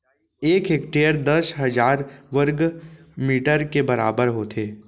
एक हेक्टर दस हजार वर्ग मीटर के बराबर होथे